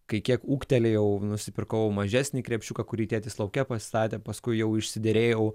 kai kiek ūgtelėjau nusipirkau mažesnį krepšiuką kurį tėtis lauke pastatė paskui jau išsiderėjau